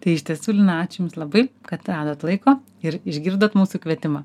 tai iš tiesų lina ačiū jums labai kad radot laiko ir išgirdot mūsų kvietimą